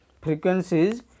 frequencies